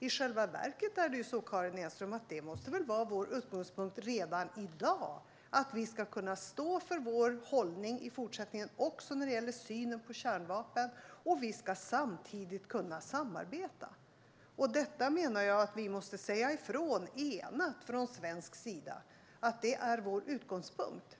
I själva verket, Karin Enström, måste det redan i dag vara vår utgångspunkt att vi i fortsättningen kan stå för vår hållning också i synen på kärnvapen. Samtidigt ska vi samarbeta. Jag menar att vi från svensk sida måste enade säga ifrån att detta är vår utgångspunkt.